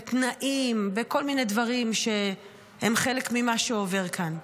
בתנאים, בכל מיני דברים שהם חלק ממה שעובר כאן.